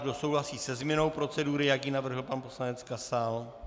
Kdo souhlasí se změnou procedury, jak ji navrhl pan poslanec Kasal?